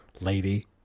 lady